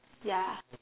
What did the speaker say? ya